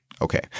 Okay